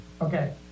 Okay